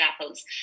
apples